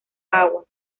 aguas